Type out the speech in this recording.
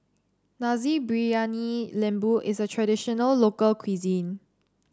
Nasi Briyani Lembu is a traditional local cuisine